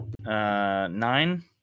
nine